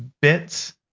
bits